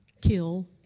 kill